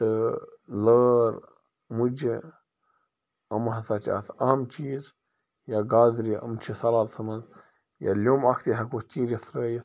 تہٕ لٲر مُجہِ یِم ہَسا چھِ اَتھ عام چیٖز یا گازرِ یِم چھِ سلاتَس منٛز یا لیوٚم اکھ تہِ ہٮ۪کو چیٖرتھ ترٛٲیِتھ